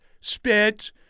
spit